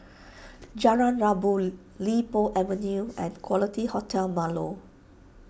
Jalan Rabu Li Po Avenue and Quality Hotel Marlow